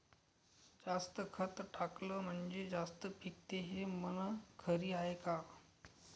जास्त खत टाकलं म्हनजे जास्त पिकते हे म्हन खरी हाये का?